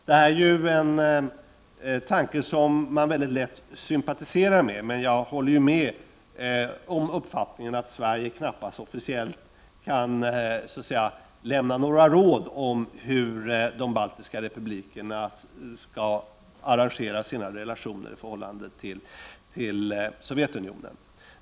Det är en tanke som man lätt sympatiserar med, men jag håller med om uppfattningen att Sverige knappast officiellt kan lämna några råd om hur de baltiska republikerna skall arrangera sina relationer i förhållande till Sovjetunionen.